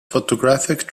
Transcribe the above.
photographic